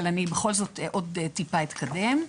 אבל אני בכל זאת עוד טיפה אתקדם.